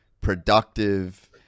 productive